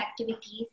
activities